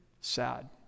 sad